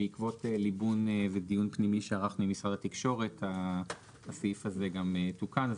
בעקבות ליבון ודיון פנימי שערכנו עם משרד התקשורת הסעיף הזה גם תוקן.